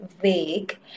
vague